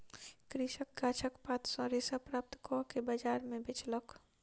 कृषक गाछक पात सॅ रेशा प्राप्त कअ के बजार में बेचलक